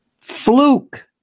fluke